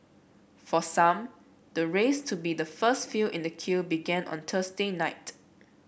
for some the race to be the first few in the queue began on Thursday night